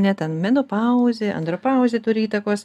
ne ten meno pauzė andro pauzė turi įtakos